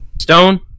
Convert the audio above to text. Stone